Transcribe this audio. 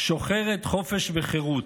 שוחרת חופש וחירות'